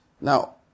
Now